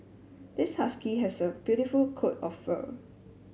this husky has a beautiful coat of fur